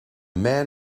man